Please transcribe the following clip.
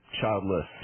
Childless